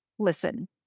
listen